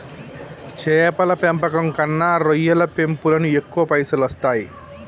చేపల పెంపకం కన్నా రొయ్యల పెంపులను ఎక్కువ పైసలు వస్తాయి